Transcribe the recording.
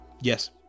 Yes